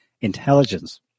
intelligence